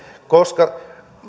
koska